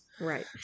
Right